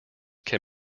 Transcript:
can